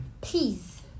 please